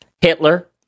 Hitler